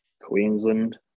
Queensland